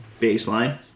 baseline